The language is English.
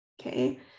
Okay